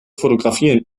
fotografieren